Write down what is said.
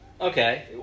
Okay